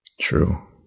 True